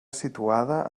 situada